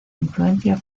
influencia